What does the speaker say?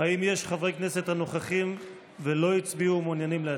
האם יש חברי כנסת הנוכחים ולא הצביעו ומעוניינים להצביע?